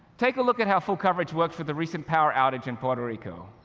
take a look at how full coverage works for the recent power outage in puerto rico.